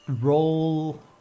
roll